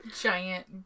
giant